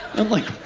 i'm like,